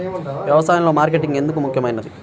వ్యసాయంలో మార్కెటింగ్ ఎందుకు ముఖ్యమైనది?